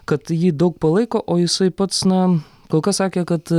kad jį daug palaiko o jisai pats na kol kas sakė kad